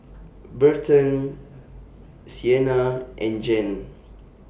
Berton Sienna and Jan